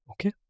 Okay